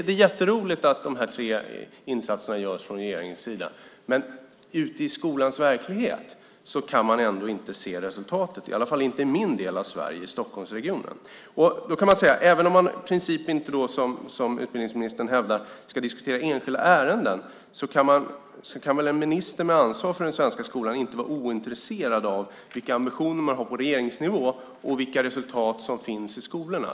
Det är jätteroligt att de här tre insatserna görs från regeringens sida. Men ute i skolans verklighet kan man ändå inte se resultatet, i alla fall inte i min del av Sverige, i Stockholmsregionen. Även om vi i princip inte, som utbildningsministern hävdar, ska diskutera enskilda ärenden kan väl en minister med ansvar för den svenska skolan inte vara ointresserad av vilka ambitioner man har på regeringsnivå och vilka resultaten är i skolorna.